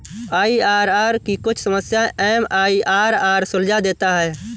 IRR की कुछ समस्याएं एम.आई.आर.आर सुलझा देता है